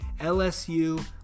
LSU